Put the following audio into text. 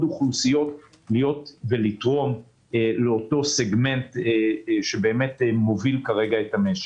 אוכלוסיות לתרום לאותו סגמנט שמוביל כרגע את המשק.